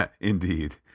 Indeed